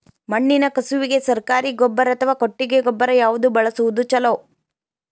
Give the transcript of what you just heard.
ಮಣ್ಣಿನ ಕಸುವಿಗೆ ಸರಕಾರಿ ಗೊಬ್ಬರ ಅಥವಾ ಕೊಟ್ಟಿಗೆ ಗೊಬ್ಬರ ಯಾವ್ದು ಬಳಸುವುದು ಛಲೋ?